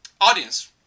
audience